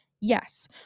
Yes